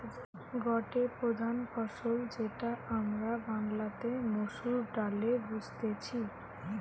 গটে প্রধান ফসল যেটা আমরা বাংলাতে মসুর ডালে বুঝতেছি